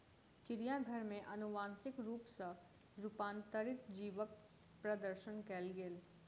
चिड़ियाघर में अनुवांशिक रूप सॅ रूपांतरित जीवक प्रदर्शन कयल गेल